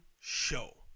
show